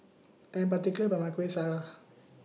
I Am particular about My Kuih Syara